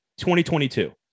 2022